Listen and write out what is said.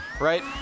right